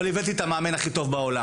אבל הבאתי את המאמן הכי טוב בעולם